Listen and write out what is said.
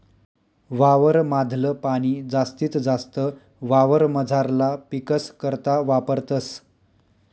वावर माधल पाणी जास्तीत जास्त वावरमझारला पीकस करता वापरतस